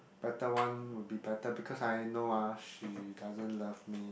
better one would be better because I know uh she doesn't love me